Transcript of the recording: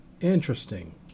Interesting